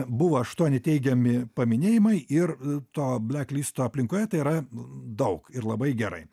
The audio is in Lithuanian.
buvo aštuoni teigiami paminėjimai ir to bleklisto aplinkoje tai yra daug ir labai gerai